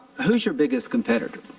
who's your biggest competitor?